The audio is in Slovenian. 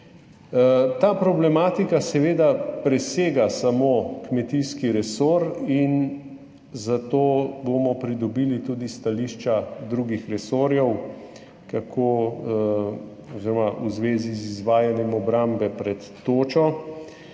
Ta problematika presega samo kmetijski resor, zato bomo pridobili tudi stališča drugih resorjev v zvezi z izvajanjem obrambe pred točo.